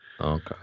Okay